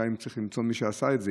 גם אם צריך למצוא מי שעשה את זה,